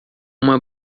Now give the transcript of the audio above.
uma